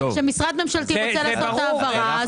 כשמשרד ממשלתי רוצה לעשות העברה,